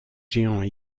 géants